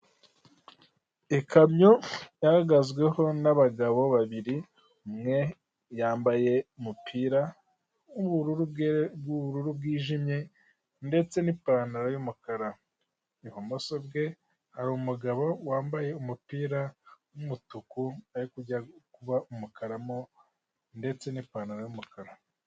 Ikamyo yahagazweho nabagabo babiri umwe yambaye umupira w'ubururu bwijimye ndetse n'ipantaro y'umukara, ibumoso bwe hari umugabo wambaye umupira wumutuku ariko ujyakuba umukara mo, ndetse n'pantaro yumukara.